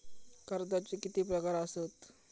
कर्जाचे किती प्रकार असात?